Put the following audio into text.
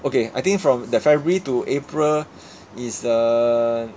okay I think from the february to april is the